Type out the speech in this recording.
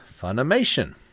Funimation